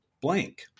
blank